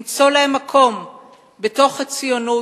למצוא להם מקום בתוך הציונות,